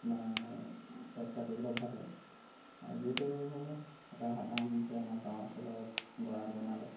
আপোনাৰ চোৱা চিতা কৰিবলৈ ভাল হয় যিহেতু এটা সাধাৰণতে আমাৰ গাঁও অঞ্চলত গৰাঁল বনালে